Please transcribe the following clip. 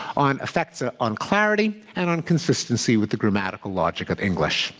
on effects ah on clarity, and on consistency with the grammatical logic of english